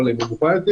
נחכה שיבואו חברים,